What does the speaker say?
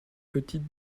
petite